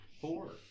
Four